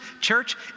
church